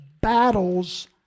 battles